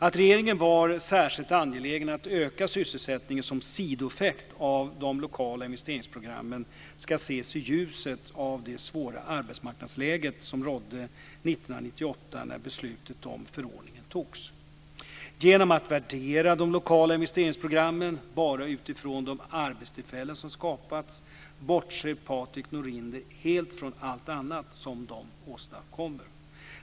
Att regeringen var särskilt angelägen om att öka sysselsättningen som sidoeffekt av de lokala investeringsprogrammen ska ses i ljuset av det svåra arbetsmarknadsläge som rådde 1998 när beslutet om förordningen togs. Genom att värdera de lokala investeringsprogrammen bara utifrån de arbetstillfällen som skapats bortser Patrik Norinder helt från allt annat som de åstadkommer.